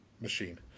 machine